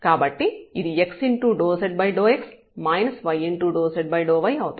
కాబట్టి ఇది x∂z∂x y∂z∂y అవుతుంది